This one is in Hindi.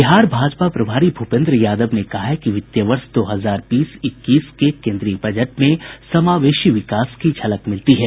बिहार भाजपा प्रभारी भूपेंद्र यादव ने कहा है कि वित्तीय वर्ष दो हजार बीस इक्कीस के केंद्रीय बजट में समावेशी विकास की झलक मिलती है